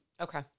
okay